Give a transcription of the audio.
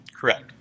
Correct